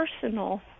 personal